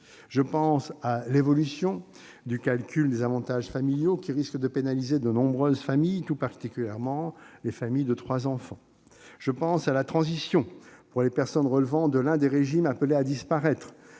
Je pense à l'évolution du calcul des avantages familiaux, qui risque de pénaliser de nombreuses familles, tout particulièrement celles de trois enfants. Je pense à la transition pour les personnes relevant de l'un des régimes appelés à disparaître.